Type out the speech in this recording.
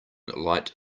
light